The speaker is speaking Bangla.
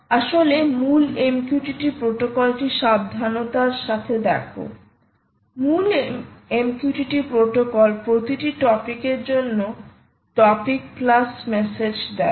আসলে মূল MQTT প্রোটোকলটি সাবধানতার সাথে দেখো মূল MQTT প্রোটোকল প্রতিটি টপিক এর জন্য টপিক প্লাস মেসেজ দেয়